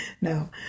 No